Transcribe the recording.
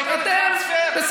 --- טרנספר --- אתם,